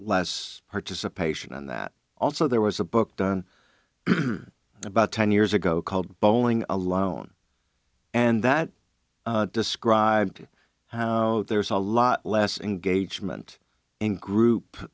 less participation and that also there was a book done about ten years ago called bowling alone and that described how there's a lot less engagement in group